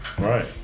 Right